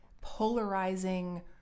polarizing